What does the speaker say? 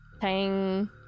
Tang